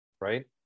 right